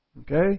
Okay